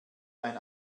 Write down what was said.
ein